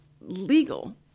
legal